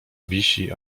wisi